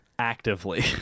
actively